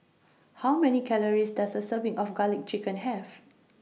How Many Calories Does A Serving of Garlic Chicken Have